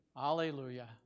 Hallelujah